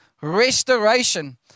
restoration